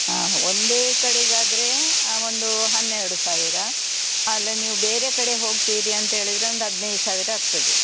ಆ ಒಂದೇ ಕಡೆಗೆ ಆದರೆ ಒಂದೂ ಹನ್ನೆರಡು ಸಾವಿರ ಅಲ್ಲ ನೀವು ಬೇರೆ ಕಡೆ ಹೋಗ್ತಿರಿ ಅಂತ ಹೇಳಿದರೆ ಒಂದು ಹದಿನೈದು ಸಾವಿರ ಆಗ್ತದೆ